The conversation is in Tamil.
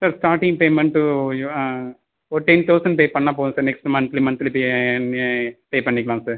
சார் ஸ்டார்டிங் பேமெண்ட்டு ஒரு டென் தௌசண்ட் பே பண்ணால் போதும் sir next monthly pay pay பண்ணிக்லாம் சார்